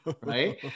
right